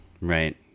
Right